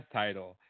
title